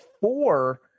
four